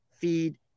feed